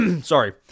sorry